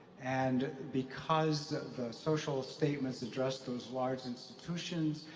and because the social statements address those large institutions,